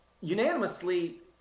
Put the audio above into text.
unanimously